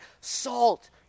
Salt